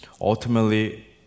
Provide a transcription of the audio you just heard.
ultimately